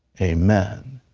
amen.